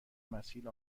مسیر